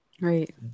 Right